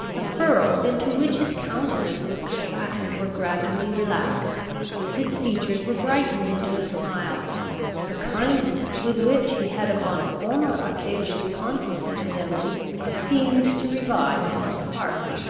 the furrows into which his countenance was contracted were gradually relaxed his features were brightened into a smile the kindness with which he had upon former occasions contemplated emily seemed to revive in his heart.